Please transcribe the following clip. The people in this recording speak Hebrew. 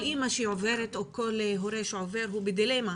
כל אימא שעוברת או כל הורה שעובר, הוא בדילמה.